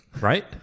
Right